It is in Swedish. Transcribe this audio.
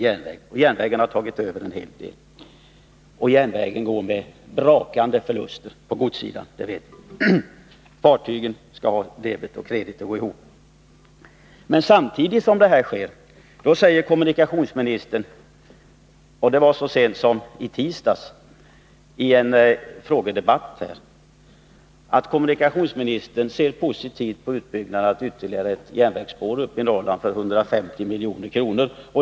Järnvägarna har alltså tagit över en hel del. Samtidigt vet vi att de går med brakande förluster på godssidan. För fartygen skall däremot debet och kredit gå ihop. Men samtidigt som detta sker säger kommunikationsministern — så sent som i en frågedebatt i tisdags — att han ser positivt på utbyggnad av ytterligare järnvägsspår i Norrland för 150 milj.kr.